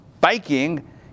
biking